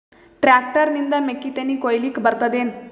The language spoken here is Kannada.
ಟ್ಟ್ರ್ಯಾಕ್ಟರ್ ನಿಂದ ಮೆಕ್ಕಿತೆನಿ ಕೊಯ್ಯಲಿಕ್ ಬರತದೆನ?